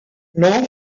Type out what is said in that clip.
laon